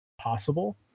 possible